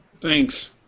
Thanks